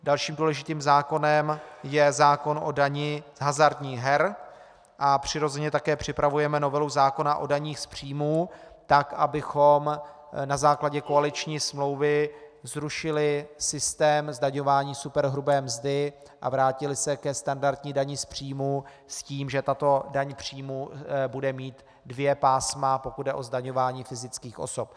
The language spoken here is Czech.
Dalším důležitým zákonem je zákon o dani z hazardních her a přirozeně také připravujeme novelu zákona o daních z příjmů tak, abychom na základě koaliční smlouvy zrušili systém zdaňování superhrubé mzdy a vrátili se ke standardní dani z příjmů s tím, že tato daň z příjmů bude mít dvě pásma, pokud jde o zdaňování fyzických osob.